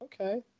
Okay